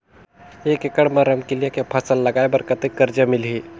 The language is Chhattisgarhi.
एक एकड़ मा रमकेलिया के फसल लगाय बार कतेक कर्जा मिलही?